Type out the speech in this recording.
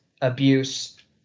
abuse